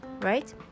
right